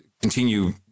continue